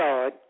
God